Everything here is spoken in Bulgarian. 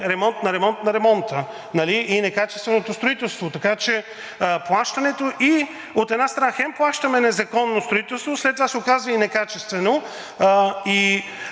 ремонт на ремонт, на ремонта, нали и некачественото строителство. Така че плащането, от една страна, хем плащаме незаконно строителство, след това се оказва и некачествено.